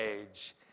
age